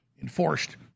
enforced